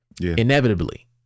inevitably